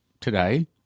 today